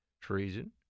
treason